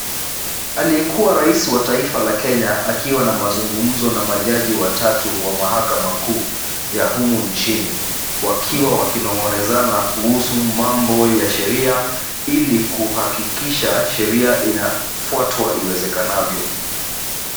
Aliyekua rais wa taifa la Kenya akiwa na mazungumzo na majaji watatu wa mahakama kuu ya humu nchini, wakiwa wakinong'onezana kuhusu mambo ya sheria ili kuhakikisha sheria inafuatwa iwezekanavyo.